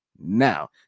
now